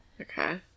Okay